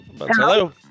Hello